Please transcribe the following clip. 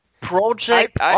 Project